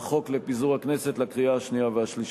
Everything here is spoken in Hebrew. הצעת החוק לפיזור הכנסת לקריאה השנייה והשלישית.